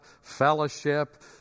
fellowship